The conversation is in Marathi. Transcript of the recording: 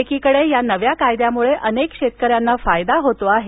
एकीकडे या नव्या कायद्यामुळे अनेक शेतकऱ्यांना फायदा होतो आहे